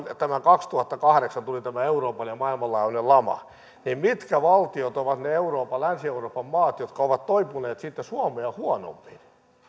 kaksituhattakahdeksan tuli tämä euroopan ja maailman laajuinen lama mitkä valtiot ovat ne länsi euroopan maat jotka ovat toipuneet siitä suomea huonommin